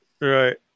right